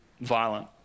violent